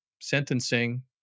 sentencing